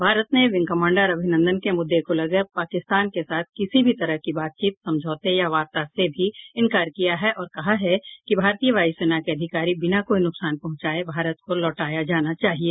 भारत ने wing commander Abhinandan के मुद्दे को लेकर पाकिस्तान के साथ किसी भी तरह की बातचीत समझौते या वार्ता से भी इन्कार किया है और कहा है कि भारतीय वायुसेना के अधिकारी बिना कोई नुकसान पहुंचाये भारत को लौटाया जाना चाहिए